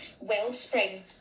wellspring